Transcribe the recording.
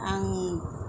आंनि